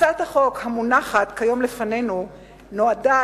הצעת החוק המונחת כיום לפנינו נועדה